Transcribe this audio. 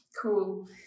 cool